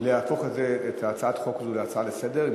להפוך את הצעת החוק הזו להצעה לסדר-היום,